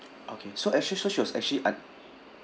okay so actually so she was actually un~